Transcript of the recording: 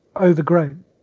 overgrown